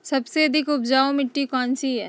सबसे अधिक उपजाऊ मिट्टी कौन सी हैं?